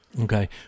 Okay